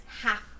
half